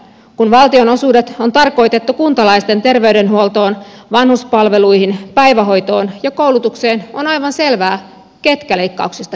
kun valtionosuudet on tarkoitettu kuntalaisten terveydenhuoltoon vanhuspalveluihin päivähoitoon ja koulutukseen on aivan selvää ketkä leikkauksista kärsivät